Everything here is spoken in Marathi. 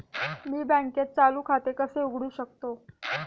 मी बँकेत चालू खाते कसे उघडू शकतो?